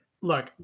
Look